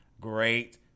Great